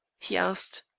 he asked.